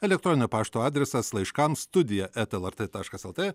elektroninio pašto adresas laiškams studija eta lrt taškas lt